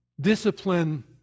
discipline